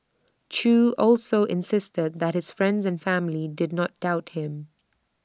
chew also insisted that his friends and family did not doubt him